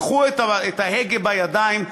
קחו את ההגה בידיים,